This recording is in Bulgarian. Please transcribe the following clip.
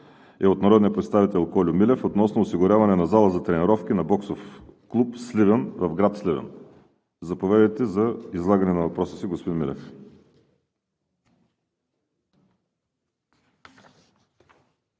е от народния представител Кольо Милев относно осигуряване на зала за тренировки на „Боксов клуб Сливен“ в град Сливен. Заповядайте за излагане на въпроса си, господин Милев.